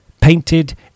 painted